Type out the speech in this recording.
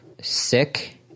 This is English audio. sick